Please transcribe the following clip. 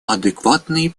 адекватные